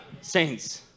Saints